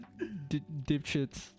dipshits